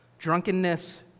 Drunkenness